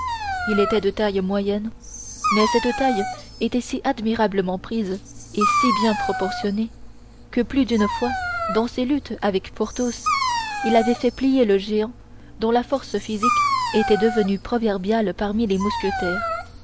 il était de taille moyenne mais cette taille était si admirablement prise et si bien proportionnée que plus d'une fois dans ses luttes avec porthos il avait fait plier le géant dont la force physique était devenue proverbiale parmi les mousquetaires